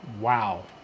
Wow